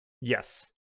Yes